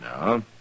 No